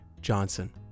Johnson